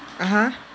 (uh huh)